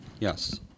Yes